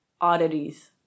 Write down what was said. oddities